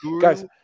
Guys